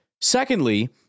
Secondly